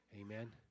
Amen